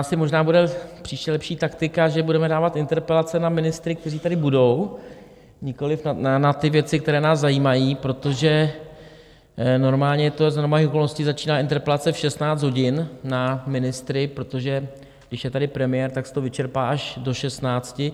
Asi možná bude příště lepší taktika, že budeme dávat interpelace na ministry, kteří tady budou, nikoliv na ty věci, které nás zajímají, protože normálně, za normálních okolností, začíná interpelace v 16 hodin na ministry, protože když je tady premiér, tak se to vyčerpá až do šestnácti.